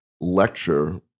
lecture